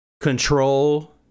control